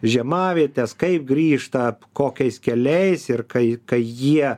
žiemavietes kaip grįžta kokiais keliais ir kai kai jie